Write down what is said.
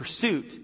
pursuit